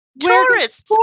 Tourists